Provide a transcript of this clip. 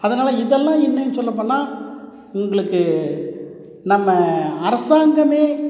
அதனால் இதெல்லாம் என்னென்னு சொல்லப்போனால் உங்களுக்கு நம்ம அரசாங்கமே